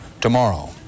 tomorrow